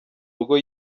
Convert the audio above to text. rugo